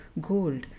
gold